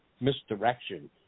misdirection